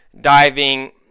diving